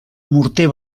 morter